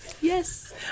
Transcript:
yes